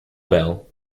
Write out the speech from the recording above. bell